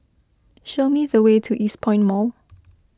show me the way to Eastpoint Mall